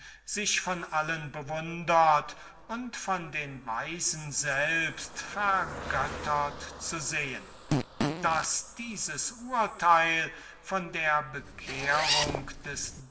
sich von allen bewundert und von den weisen selbst vergöttert zu sehen daß dieses urteil von der bekehrung des